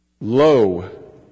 Lo